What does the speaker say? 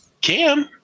Cam